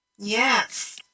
Yes